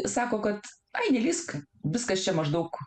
sako kad ai nelįsk viskas čia maždaug